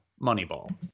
Moneyball